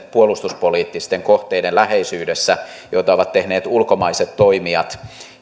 puolustuspoliittisten kohteiden läheisyydessä joita ovat tehneet ulkomaiset toimijat